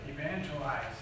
Evangelize